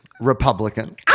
Republican